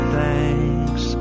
thanks